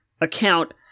account